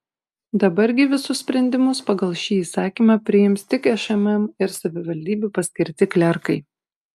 dabar gi visus sprendimus pagal šį įsakymą priims tik šmm ir savivaldybių paskirti klerkai